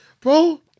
bro